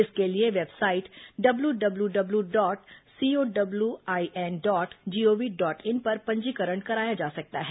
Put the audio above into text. इसके लिए website W W W dot C O W I N dot G O V dot in पर पंजीकरण कराया जा सकता है